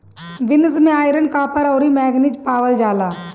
beans में iron, copper, अउरी manganese पावल जाला